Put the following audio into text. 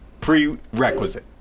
Prerequisite